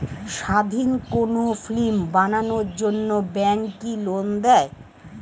স্বাধীন কোনো ফিল্ম বানানোর জন্য ব্যাঙ্ক কি লোন দেয়?